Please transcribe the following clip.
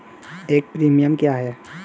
एक प्रीमियम क्या है?